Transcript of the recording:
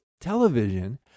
television